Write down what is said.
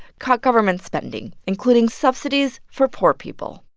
cut government spending, including subsidies for poor people.